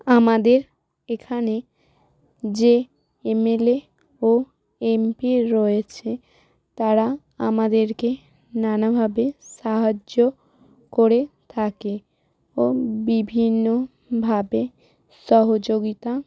আমাদের এখানে যে এমএলএ ও এমপি রয়েছে তারা আমাদেরকে নানাভাবে সাহায্য করে থাকে ও বিভিন্নভাবে সহযোগিতা